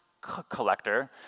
collector